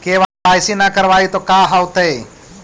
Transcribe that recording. KYC न करवाई तो का हाओतै?